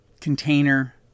container